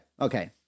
okay